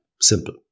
simple